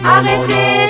Arrêtez